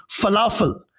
falafel